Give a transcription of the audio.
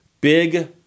Big